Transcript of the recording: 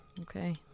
Okay